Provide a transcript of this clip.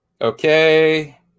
Okay